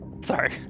Sorry